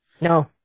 No